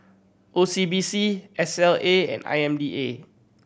O C B C S L A and I M B A